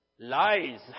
Lies